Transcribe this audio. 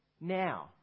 now